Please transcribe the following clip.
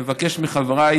אני מבקש מחבריי,